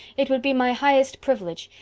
it would be my highest privilege.